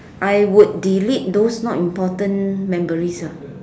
I would delete those not important memories ah